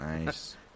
Nice